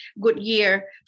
Goodyear